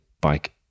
bike